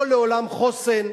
לא לעולם חוסן.